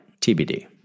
TBD